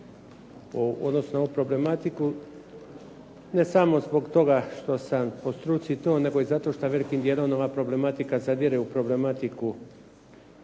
odnosu na ovu problematiku. Ne samo zbog toga što sam po struci to, nego i zato što velikim dijelom ova problematika zadire u problematiku